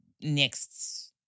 next